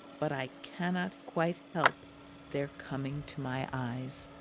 but i cannot quite help their coming to my eyes.